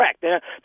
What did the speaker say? correct